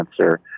cancer